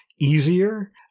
easier